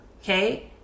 okay